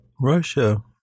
Russia